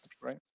right